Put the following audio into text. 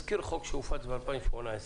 תזכיר החוק שהופץ ב-2018.